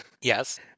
Yes—